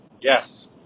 yes